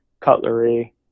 cutlery